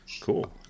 Cool